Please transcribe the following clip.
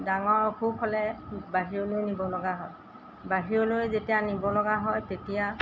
ডাঙৰ অসুখ হ'লে বাহিৰলৈ নিব লগা হয় বাহিৰলৈ যেতিয়া নিব লগা হয় তেতিয়া